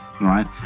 Right